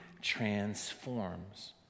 transforms